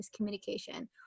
miscommunication